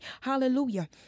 Hallelujah